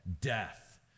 death